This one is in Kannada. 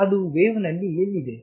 ಅದು ವೇವ್ ನಲ್ಲಿ ಎಲ್ಲಿದೆ